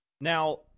Now